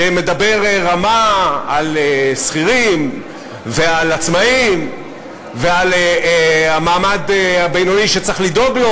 שמדבר רמה על שכירים ועל עצמאים ועל המעמד הבינוני שצריך לדאוג לו,